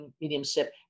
mediumship